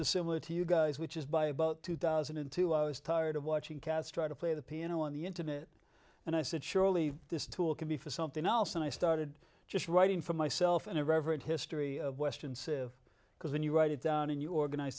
is similar to you guys which is by about two thousand and two i was tired of watching cats try to play the piano on the intimate and i said surely this tool can be for something else and i started just writing for myself an irreverent history of western civ because when you write it down and you organize